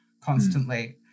constantly